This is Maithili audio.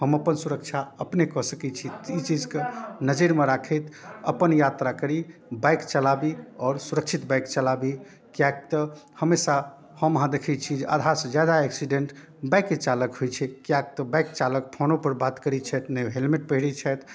हम अपन सुरक्षा अपने कऽ सकै छी ई चीजके नजरिमे राखैत अपन यात्रा करी बाइक चलाबी आओर सुरक्षित बाइक चलाबी किएक तऽ हमेशा हम अहाँ देखै छिए जे आधासँ ज्यादा एक्सिडेन्ट बाइके चालक होइ छै तऽ बाइक चालक फोनोपर बाते करै छथि नहि हेलमेट पहिरे छथि